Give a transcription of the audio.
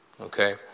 Okay